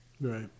right